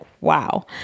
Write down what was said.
wow